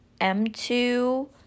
m2